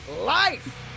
life